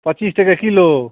पचीस टके किलो